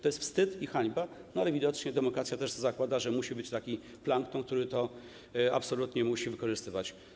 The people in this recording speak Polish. To jest wstyd i hańba, ale widocznie demokracja też zakłada, że musi być taki plankton, który to absolutnie musi wykorzystywać.